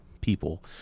people